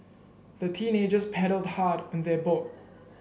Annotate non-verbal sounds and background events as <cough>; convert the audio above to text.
the teenagers paddled <unintelligible> on their boat